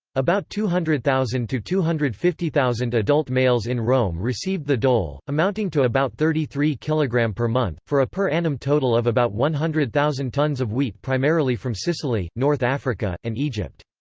about two hundred thousand two two hundred and fifty thousand adult males in rome received the dole, amounting to about thirty three kg. um per month, for a per annum total of about one hundred thousand tons of wheat primarily from sicily, north africa, and egypt.